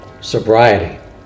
sobriety